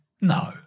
No